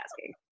asking